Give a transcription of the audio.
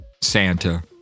Santa